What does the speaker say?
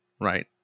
right